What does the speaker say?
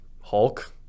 Hulk